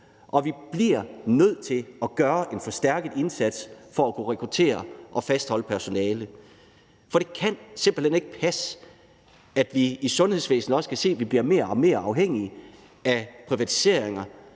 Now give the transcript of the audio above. og vi bliver nødt til at gøre en forstærket indsats for at kunne rekruttere og fastholde personale, for det kan simpelt hen ikke passe, at vi i sundhedsvæsenet også skal se, at vi bliver mere og mere afhængige af privatiseringer